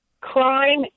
crime